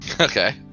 Okay